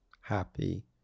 happy